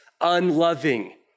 unloving